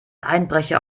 einbrecher